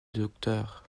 docteur